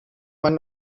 man